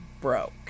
broke